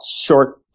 short